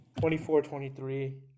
24-23